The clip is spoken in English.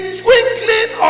twinkling